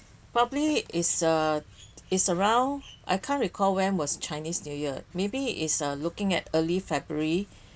probably it's uh it's around I can't recall when was chinese new year maybe it's looking at early february